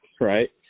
right